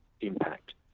impact